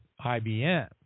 IBM